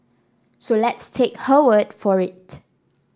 so let's take her word for it